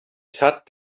sat